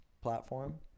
platform